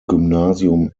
gymnasium